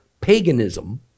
paganism